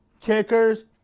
kickers